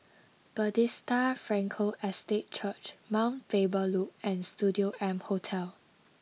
Bethesda Frankel Estate Church Mount Faber Loop and Studio M Hotel